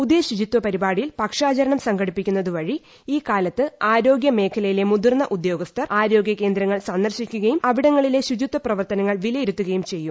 പുതിയ ശുചിത്വ പരിപാടിയിൽ പക്ഷാചരണം സംഘടിപ്പിക്കുന്നതുവഴി ഈ കാലത്ത് ആരോഗൃമേഖലയിലെ മുതിർന്ന ഉദ്യോഗസ്ഥർ കേന്ദ്ര ആരോഗൃ കേന്ദ്രങ്ങൾ സന്ദർശിക്കുകയും അവിടങ്ങളിലെ ശുചിത്വ പ്രവർത്തനങ്ങൾ വിലയിരുത്തുകയും ചെയ്യും